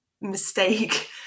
mistake